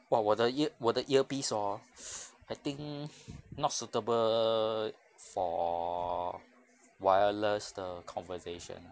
!wah! 我的 ear~ 我的 earpiece hor I think not suitable for wireless 的 conversation